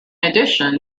addition